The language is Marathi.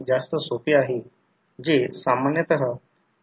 तर फक्त K v l ला लागू करा फक्त K v l ला येथे लागू करा